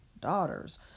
daughters